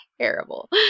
terrible